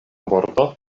bordo